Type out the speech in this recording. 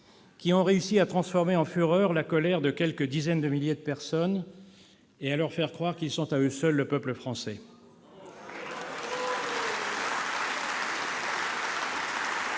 qui ont réussi à transformer en fureur la colère de quelques dizaines de milliers de personnes et à leur faire croire qu'ils sont, à eux seuls, le peuple français. Il ne reste